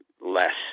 less